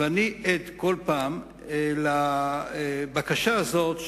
וכל פעם אני עד לבקשה הזאת,